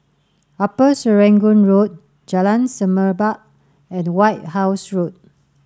Upper Serangoon Road Jalan Semerbak and White House Road